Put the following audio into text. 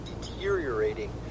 deteriorating